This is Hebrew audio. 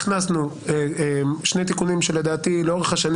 הכנסנו שני תיקונים שלדעתי לאורך השנים